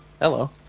hello